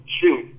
shoot